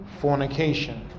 fornication